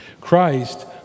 Christ